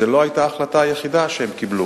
זו לא היתה ההחלטה היחידה שהם קיבלו,